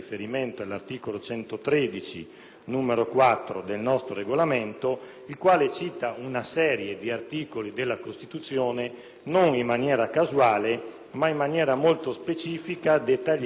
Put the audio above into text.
il quale cita una serie di articoli della Costituzione non in maniera casuale, ma in modo molto specifico e dettagliato e con un contenuto sostanziale.